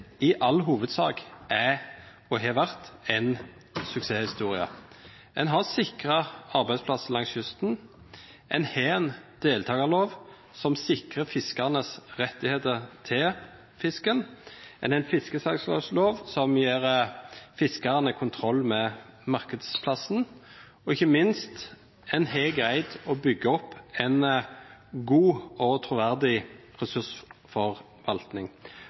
i all hovedsak er og har vært en suksesshistorie. En har sikret arbeidsplasser langs kysten, en har en deltakerlov som sikrer fiskernes rettigheter til fisken, en har en fiskesalgslagslov som gir fiskerne kontroll med markedsplassen, og ikke minst har en greid å bygge opp en god og troverdig ressursforvaltning.